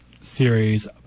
series